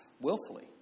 willfully